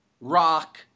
Rock